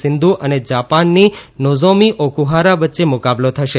સીંધુ અને જાપાનની Nozomi Okuhara વચ્ચે મુકાબલો થશે